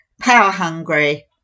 power-hungry